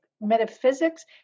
Metaphysics